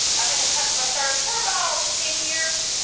i've been in customer service for about ten years